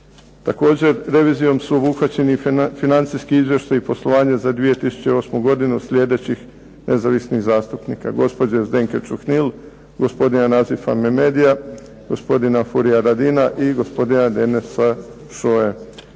Također, revizijom su obuhvaćeni i financijski izvještaji poslovanja za 2008. godinu sljedećih nezavisnih zastupnika: gospođe Zdenke Čuhnil, gospodina Nazifa Memedija, gospodina Furia Radina i gospodina Deneša Šoje.